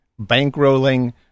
bankrolling